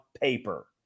paper